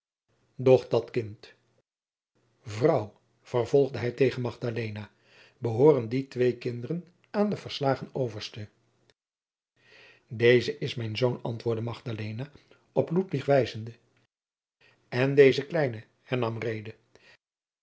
dat kind vrouw vervolgde hij tegen magdalena behoorden die twee kinderen aan den verslagen overste deze is mijn zoon antwoordde magdalena op ludwig wijzende en deze kleine hernam